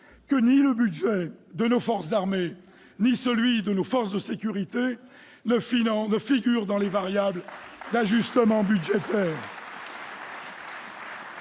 que ni le budget de nos forces armées ni celui de nos forces de sécurité ne figurent dans les variables d'ajustement budgétaire.